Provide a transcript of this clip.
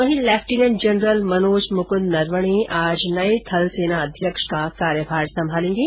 वहीं lieutenant general Manoj Mukund Naravane आज नए थल सेना अध्यक्ष का कार्यभार संभालेंगे